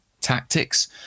Tactics